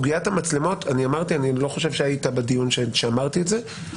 אני לא חושב שהיית בדיון כשאמרתי שאני